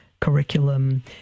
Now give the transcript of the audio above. curriculum